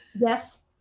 Yes